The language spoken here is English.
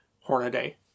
Hornaday